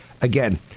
Again